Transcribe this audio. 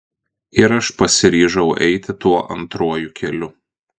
ir aš pasiryžau eiti tuo antruoju keliu